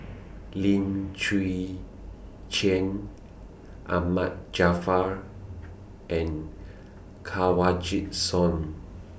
Lim Chwee Chian Ahmad Jaafar and Kanwaljit Soin